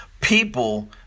people